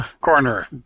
Corner